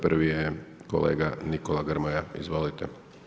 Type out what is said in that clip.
Prvi je kolega Nikola Grmoja, izvolite.